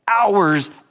hours